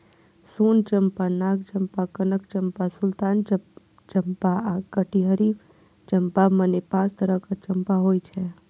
सोन चंपा, नाग चंपा, कनक चंपा, सुल्तान चंपा आ कटहरी चंपा, मने पांच तरहक चंपा होइ छै